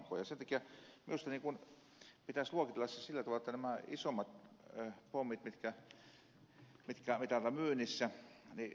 sen takia minusta pitäisi luokitella ne sillä tavalla että niitä isompia pommeja mitkä ovat myynnissä ei luovutettaisi ollenkaan